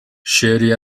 شعری